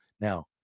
Now